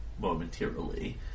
momentarily